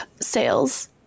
sales